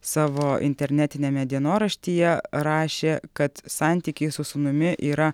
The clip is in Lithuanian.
savo internetiniame dienoraštyje rašė kad santykiai su sūnumi yra